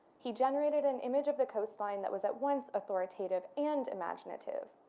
he generated an image of the coastline that was at once authoritative and imaginative.